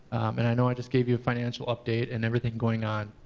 and i know i just gave you a financial update, and everything going on.